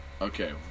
Okay